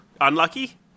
unlucky